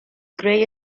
gray